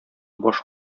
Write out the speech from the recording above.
баш